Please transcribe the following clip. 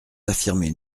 affirmer